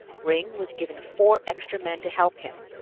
ringg was given four extra men to help him,